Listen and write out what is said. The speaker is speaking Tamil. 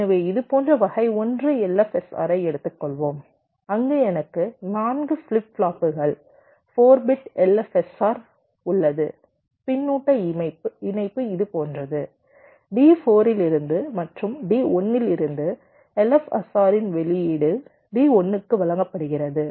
எனவே இது போன்ற வகை 1 LFSR ஐ எடுத்துக்கொள்வோம் அங்கு எனக்கு 4 ஃபிளிப் ஃப்ளாப்புகள் 4 பிட்LFSR உள்ளது பின்னூட்ட இணைப்பு இது போன்றது D4 இலிருந்து மற்றும் D1 இலிருந்து LFSRன் வெளியீடு D1 க்கு வழங்கப்படுகிறது